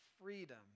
freedom